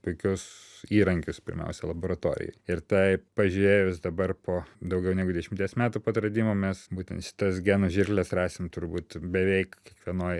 tokius įrankius pirmiausia laboratorijoj ir tai pažėjus dabar po daugiau negu dešimties metų po atradimo mes būtent šitas genų žirkles rasim turbūt beveik kiekvienoj